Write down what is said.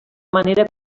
manera